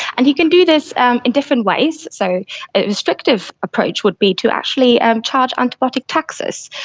and you can do this in different ways. so a restrictive approach would be to actually and charge antibiotic taxes.